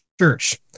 church